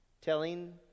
telling